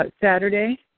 Saturday